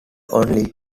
only